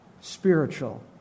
spiritual